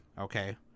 okay